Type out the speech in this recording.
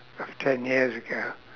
of ten years ago